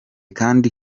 kandi